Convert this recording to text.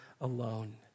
alone